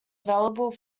available